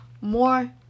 more